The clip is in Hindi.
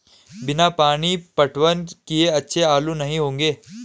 बिना पानी पटवन किए अच्छे आलू नही होंगे